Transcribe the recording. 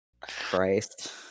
christ